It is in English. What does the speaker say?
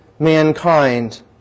Mankind